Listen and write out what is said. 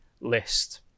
list